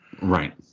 Right